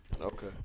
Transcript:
Okay